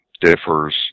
differs